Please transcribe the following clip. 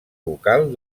local